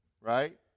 right